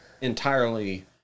entirely